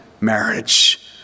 marriage